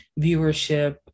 viewership